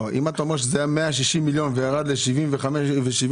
אם אתה אומר שהסכום היה 160 מיליון והוא ירד ל-75 מיליון,